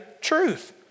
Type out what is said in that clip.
truth